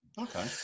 Okay